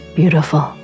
beautiful